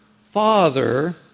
Father